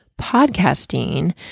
podcasting